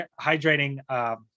hydrating